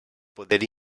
poder